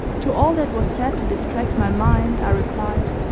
to all that was said to distract my mind i replied